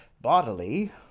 bodily